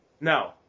No